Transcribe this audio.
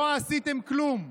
לא עשיתם כלום.